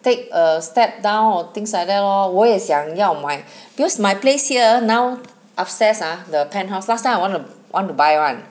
take a step down or things like that lor 我也想要买 because my place here now upstairs ah the penthouse last time I want to want to buy [one]